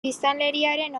biztanleriaren